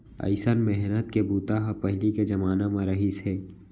अइसन मेहनत के बूता ह पहिली के जमाना म रहिस हे